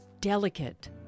delicate